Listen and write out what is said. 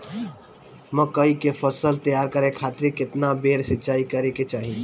मकई के फसल तैयार करे खातीर केतना बेर सिचाई करे के चाही?